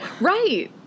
Right